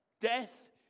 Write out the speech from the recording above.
death